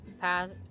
path